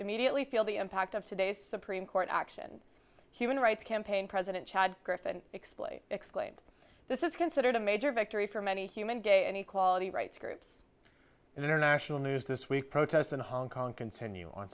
immediately feel the impact of today's supreme court action human rights campaign president chad griffin explains exclaimed this is considered a major victory for many human day and equality rights groups international news this week protests in hong kong continue on